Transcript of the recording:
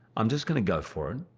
i'm just gonna go for it.